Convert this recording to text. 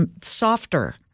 softer